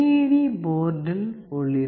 D போர்டில் ஒளிரும்